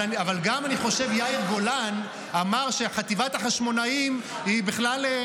אבל אני גם חושב שיאיר גולן אמר שחטיבת החשמונאים היא בכלל,